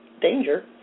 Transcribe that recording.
danger